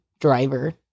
driver